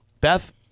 Beth